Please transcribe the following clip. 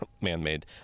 man-made